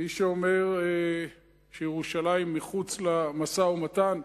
מי שאומר שירושלים מחוץ למשא-ומתן,